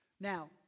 Now